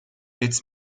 its